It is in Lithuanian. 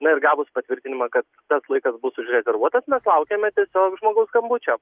na ir gavus patvirtinimą kad tas laikas bus užrezervuotas mes laukiame tiesiog žmogaus skambučio